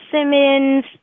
Simmons